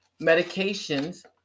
medications